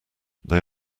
they